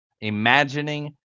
imagining